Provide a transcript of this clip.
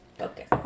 Okay